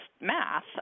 math